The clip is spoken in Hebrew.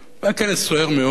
והיה כנס סוער מאוד.